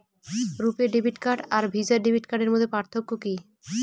রূপে debit card আর Visa debit কার্ডের মধ্যে পার্থক্য কি?